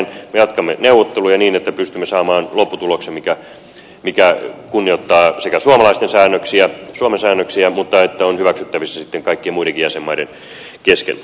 me jatkamme neuvotteluja niin että pystymme saamaan lopputuloksen mikä sekä kunnioittaa suomen säännöksiä että on hyväksyttävissä kaik kien muidenkin jäsenmaiden kesken